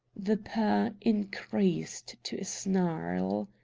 the purr increased to a snarl.